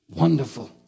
Wonderful